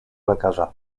lekarza